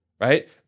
right